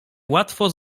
łatwo